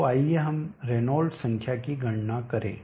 तो आइए हम रेनॉल्ड्स संख्या की गणना करें